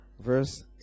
verse